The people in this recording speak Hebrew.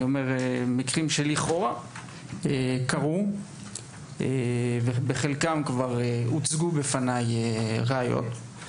אומר מקרים שלכאורה קרו ובחלקכם כבר הוצגו בפניי ראיות.